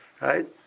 Right